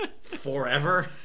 forever